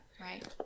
right